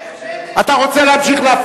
אתה רוצה שאני אוציא סגן שר?